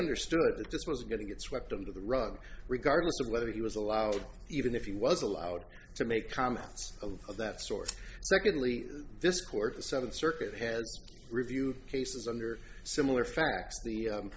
understood that this was going to get swept under the rug regardless of whether he was allowed even if he was allowed to make comments of that sort secondly this court the seventh circuit has reviewed cases under similar facts the